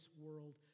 world